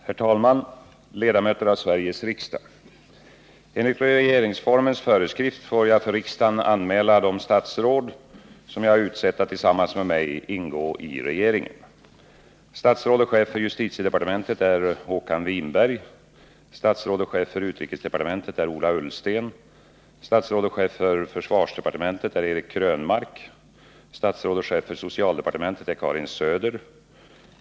Herr talman, ledamöter av Sveriges riksdag! Enligt regeringsformens föreskrift får jag för riksdagen anmäla de statsråd som jag utsett att tillsammans med mig ingå i regeringen. Statsråd och chef för justitiedepartementet är Håkan Winberg. Statsråd och chef för utrikesdepartementet är Ola Ullsten. Statsråd och chef för socialdepartementet är Karin Söder.